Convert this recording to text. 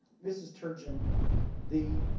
mrs turgeon the,